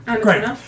Great